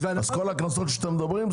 כלומר כל הקנסות שאתם מדברים,